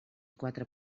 quatre